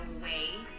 away